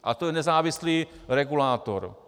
A to je nezávislý regulátor.